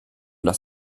das